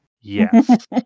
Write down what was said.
Yes